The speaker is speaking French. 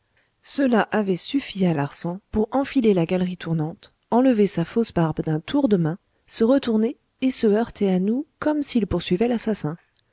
cela avait suffi à larsan pour enfiler la galerie tournante enlever sa fausse barbe d'un tour de main se retourner et se heurter à nous comme s'il poursuivait l'assassin